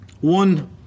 One